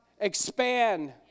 Expand